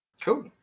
Cool